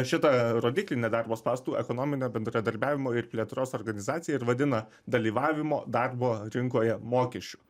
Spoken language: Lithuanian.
šitą rodiklį nedarbo spąstų ekonominio bendradarbiavimo ir plėtros organizacija ir vadina dalyvavimo darbo rinkoje mokesčiu